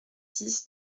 six